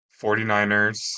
49ers